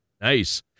nice